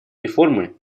реформы